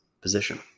position